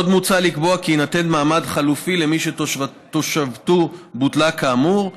עוד מוצע לקבוע כי יינתן מעמד חלופי למי שתושבותו בוטלה כאמור,